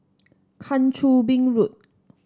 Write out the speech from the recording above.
Kang Choo Bin Road